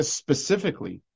specifically